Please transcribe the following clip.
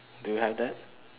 do you have that